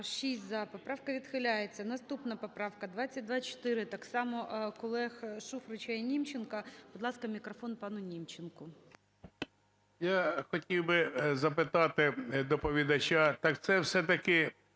Я хотів би запитати доповідача. Так це все-таки